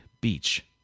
Beach